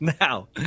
Now